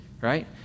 right